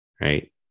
right